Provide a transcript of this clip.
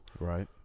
Right